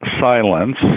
silence